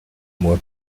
moi